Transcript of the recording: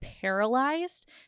paralyzed